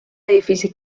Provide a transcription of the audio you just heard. edifici